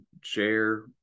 share